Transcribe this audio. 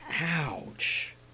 Ouch